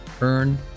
Earn